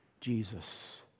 Jesus